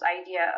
idea